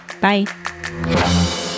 Bye